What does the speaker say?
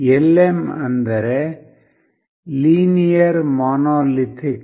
LM ಅಂದರೆ linear monolithic